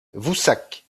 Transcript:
voussac